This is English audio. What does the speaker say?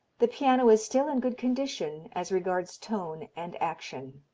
the piano is still in good condition as regards tone and action.